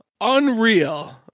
unreal